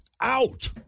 out